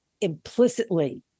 implicitly